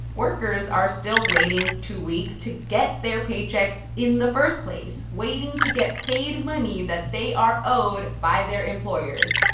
workers are still waiting two weeks to get their paychecks in the first place, waiting to get paid money that they are owed by their employers.